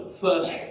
first